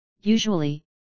Usually